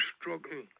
struggle